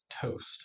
toast